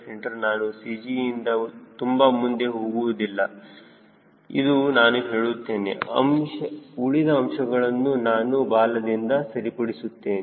c ನಾನು CG ಇಂದ ತುಂಬಾ ಮುಂದೆ ತೆಗೆದುಕೊಳ್ಳುವುದಿಲ್ಲ ಎಂದು ನಾನು ಹೇಳುತ್ತೇನೆ ಉಳಿದ ಅಂಶಗಳನ್ನು ನಾನು ಬಾಲದಿಂದ ಸರಿಪಡಿಸುತ್ತೇನೆ